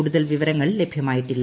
കൂടുതൽ വിവരങ്ങൾ ലഭ്യമായിട്ടില്ല